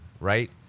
right